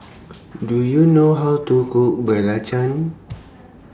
Do YOU know How to Cook Belacan